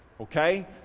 Okay